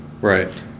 right